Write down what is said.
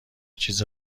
چیز